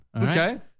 Okay